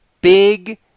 big